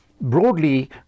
broadly